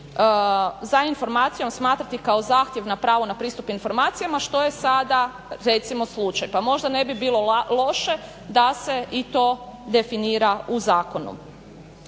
za informacijom smatrati kao zahtjev na pravo na pristup informacijama što je sada recimo slučaj, pa možda ne bi bilo loše da se i to definira u zakonu.